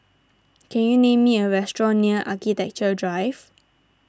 can you me a restaurant near Architecture Drive